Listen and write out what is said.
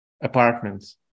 apartments